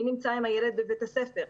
מי נמצא עם הילד בבית הספר?